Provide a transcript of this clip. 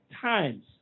times